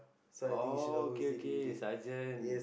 oh okay okay Seargent